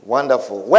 Wonderful